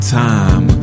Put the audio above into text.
time